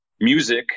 music